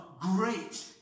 great